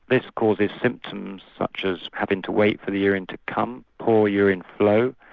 this causes symptoms such as having to wait for the urine to come, poor urine flow,